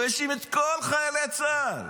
הוא האשים את כל חיילי צה"ל